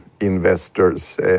investors